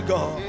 God